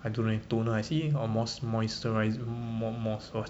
I don't know eh toner I see or mos~ mosi~ moisturiser mo~ mos~